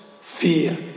Fear